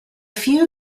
few